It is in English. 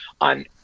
on